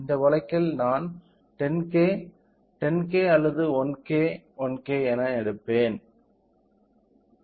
இந்த வழக்கில் நான் 10K 10K அல்லது 1K 1K என எடுப்பேன்